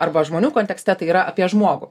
arba žmonių kontekste tai yra apie žmogų